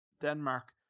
Denmark